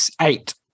eight